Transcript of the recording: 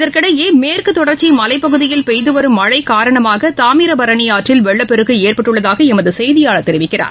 இதற்கிடையே மேற்குதொடர்ச்சிமலைப்பகுதியில் பெய்தவரும் மழைகாரணமாக தாமிரபரணிஆற்றில் வெள்ளப்பெருக்குஏற்பட்டுள்ளதாகஎமதுசெய்தியாளர் தெரிவிக்கிறார்